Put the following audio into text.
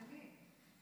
אצל מי?